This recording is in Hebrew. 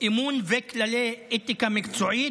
אמון וכללי אתיקה מקצועית,